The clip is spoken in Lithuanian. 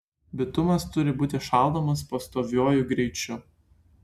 bitumas turi būti šaldomas pastoviuoju greičiu